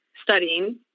studying